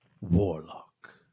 warlock